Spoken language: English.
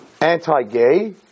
anti-gay